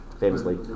famously